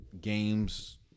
games